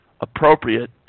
appropriate